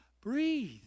Breathe